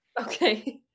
okay